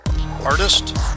artist